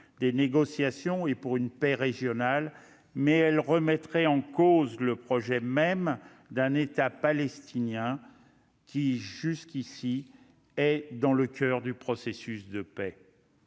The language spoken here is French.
des négociations et pour la paix régionale, mais elle remettrait également en cause le projet même d'un État palestinien, qui est jusqu'ici au coeur du processus de paix.